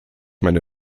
meine